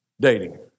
Dating